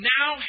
Now